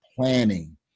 planning